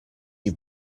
you